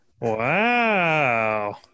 Wow